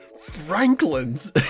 franklins